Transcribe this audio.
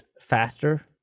faster